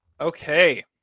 Okay